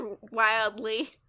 wildly